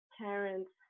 parents